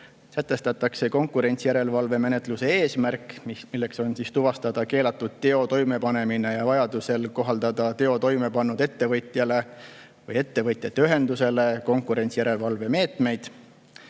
Sätestatakse konkurentsijärelevalvemenetluse eesmärk, milleks on tuvastada keelatud teo toimepanemine ja vajaduse korral kohaldada teo toime pannud ettevõtjale või ettevõtjate ühendusele konkurentsijärelevalve meetmeid.